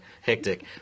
Hectic